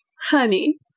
honey